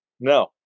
no